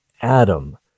Adam